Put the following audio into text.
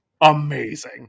amazing